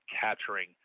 capturing